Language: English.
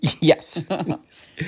Yes